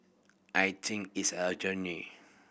I think it's a journey